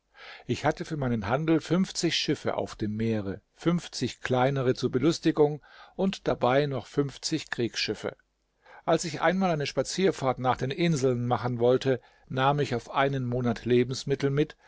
ich hatte für meinen handel fünfzig schiffe auf dem meere fünfzig kleinere zur belustigung und dabei noch fünfzig kriegsschiffe als ich einmal eine spazierfahrt nach den inseln machen wollte nahm ich auf einen monat lebensmittel mit